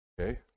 Okay